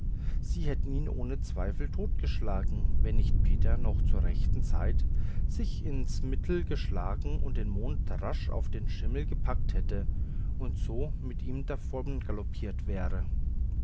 sie hätten ihn ohne zweifel totgeschlagen wenn nicht peter noch zur rechten zeit sich ins mittel geschlagen und den mond rasch auf den schimmel gepackt hätte und so mit ihm davongaloppiert wäre